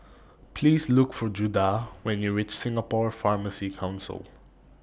Please Look For Judah when YOU REACH Singapore Pharmacy Council